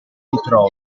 entrò